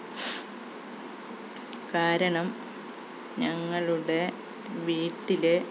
കാരണം ഞങ്ങളുടെ വീട്ടിലെ